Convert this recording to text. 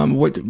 um what,